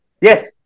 Yes